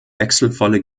wechselvolle